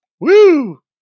Woo